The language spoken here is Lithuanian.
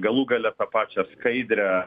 galų gale tą pačią skaidrę